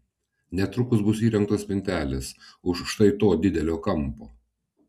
netrukus bus įrengtos spintelės už štai to didelio kampo